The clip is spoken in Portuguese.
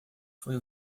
foi